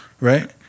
right